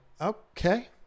okay